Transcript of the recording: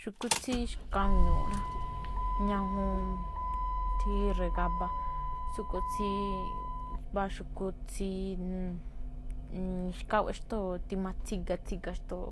Xu̱kú tsí xkabiu̱u̱nꞌ rá, ñajuun tsí ra̱gaba, tsúꞌkhue̱n tsí mbáa xu̱kú tsí xkawe̱ꞌ xtóo̱ tima, tsíga, tsíga xtóo̱